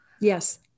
yes